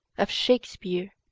of shakespeare,